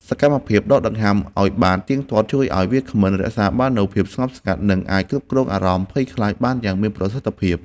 សកម្មភាពដកដង្ហើមឱ្យបានទៀងទាត់ ជួយឱ្យវាគ្មិនរក្សាបាននូវភាពស្ងប់ស្ងាត់ និងអាចគ្រប់គ្រងអារម្មណ៍ភ័យខ្លាចបានយ៉ាងមានប្រសិទ្ធភាព។